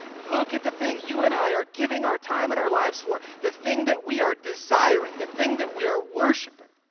look at the thing you and i are giving giving our time and our lives, for the thing that we are desiring. the thing that we are worshipping.